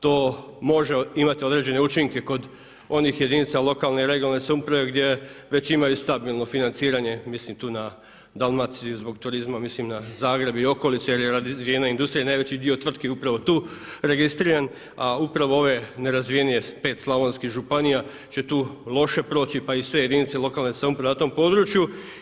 To može imati određene učinke kod onih jedinica lokalne i regionalne samouprave gdje već imaju stabilno financiranje, mislim tu na Dalmaciju zbog turizma, mislim na Zagreb i okolicu jer je razvijanja industrija, najveći dio tvrtki upravo je tu registriran, a upravo ove nerazvijenije, pet slavonskih županija će tu loše proći pa i sve jedinice lokalne samouprave na tom području.